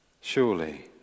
surely